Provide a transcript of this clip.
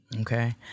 Okay